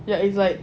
ya it's like